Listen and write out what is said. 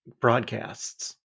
broadcasts